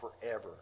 forever